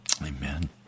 Amen